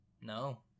No